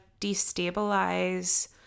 destabilize